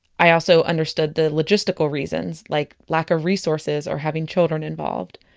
i also understood the logistical reasons like lack of resources or having children involved.